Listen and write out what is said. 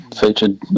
featured